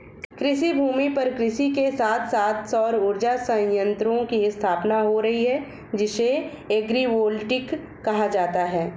कृषिभूमि पर कृषि के साथ साथ सौर उर्जा संयंत्रों की स्थापना हो रही है जिसे एग्रिवोल्टिक कहा जाता है